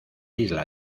isla